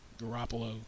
Garoppolo